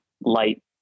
light